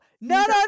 no